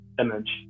image